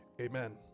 Amen